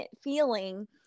feeling